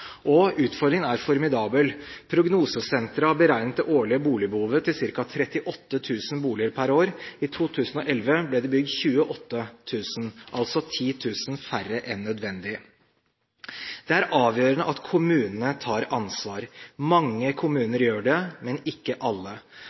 Utfordringen er formidabel. Prognosesenteret har beregnet det årlige boligbehovet til ca. 38 000 boliger per år. I 2011 ble det bygd 28 000, altså 10 000 færre enn nødvendig. Det er avgjørende at kommunene tar ansvar. Mange kommuner gjør det, men ikke alle.